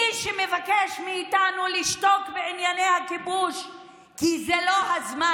מי שמבקש מאיתנו לשתוק בענייני הכיבוש כי זה לא הזמן,